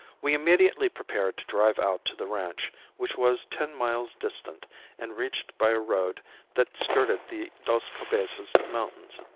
we immediately prepared to drive out to the ranch, which was ten miles distant and reached by a road that skirted the dos cabezas mountains.